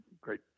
great